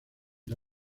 the